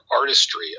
artistry